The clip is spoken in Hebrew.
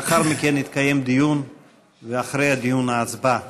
לאחר מכן יתקיים דיון ואחרי הדיון, הצבעה.